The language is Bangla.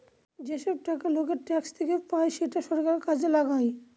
যেসব টাকা লোকের ট্যাক্স থেকে পায় সেটা সরকার কাজে লাগায়